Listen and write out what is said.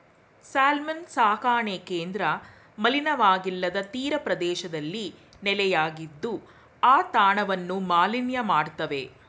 salmon ಸಾಕಣೆ ಕೇಂದ್ರ ಮಲಿನವಾಗಿಲ್ಲದ ತೀರಪ್ರದೇಶದಲ್ಲಿ ನೆಲೆಯಾಗಿದ್ದು ಆ ತಾಣವನ್ನು ಮಾಲಿನ್ಯ ಮಾಡ್ತವೆ